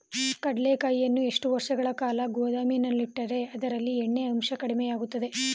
ಕಡ್ಲೆಕಾಯಿಯನ್ನು ಎಷ್ಟು ವರ್ಷಗಳ ಕಾಲ ಗೋದಾಮಿನಲ್ಲಿಟ್ಟರೆ ಅದರಲ್ಲಿಯ ಎಣ್ಣೆ ಅಂಶ ಕಡಿಮೆ ಆಗುತ್ತದೆ?